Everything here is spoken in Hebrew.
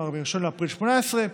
כלומר מ-1 באפריל 2018,